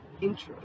interest